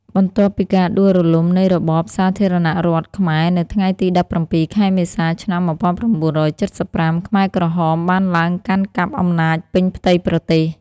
បន្ទាប់ពីការដួលរំលំនៃរបបសាធារណរដ្ឋខ្មែរនៅថ្ងៃទី១៧ ខែមេសា ឆ្នាំ១៩៧៥ ខ្មែរក្រហមបានឡើងកាន់កាប់អំណាចពេញផ្ទៃប្រទេស។